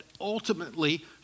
ultimately